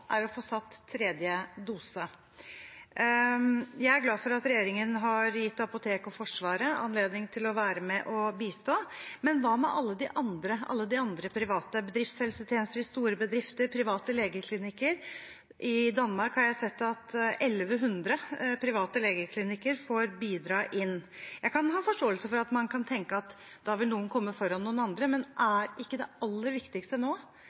er å få satt tredje dose. Jeg er glad for at regjeringen har gitt apoteker og Forsvaret anledning til å bistå, men hva med alle de andre – private bedriftshelsetjenester i store bedrifter og private legeklinikker? I Danmark har jeg sett at 1 100 private legeklinikker får bidra. Jeg har forståelse for at man kan tenke at da vil noen komme foran noen andre, men er ikke det aller viktigste nå